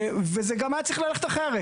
וזה גם היה צריך ללכת אחרת.